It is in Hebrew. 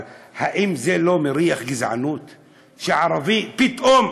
אבל האם זה לא מריח גזענות שערבי, פתאום